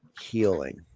healing